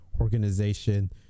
organization